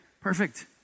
perfect